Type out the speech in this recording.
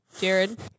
Jared